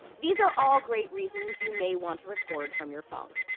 these are all great reasons you may want to record from your phone.